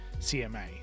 CMA